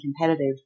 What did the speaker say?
competitive